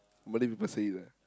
Malay people say it lah